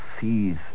sees